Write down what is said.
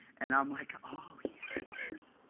and i'm like, oh, yeah, of course.